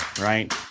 right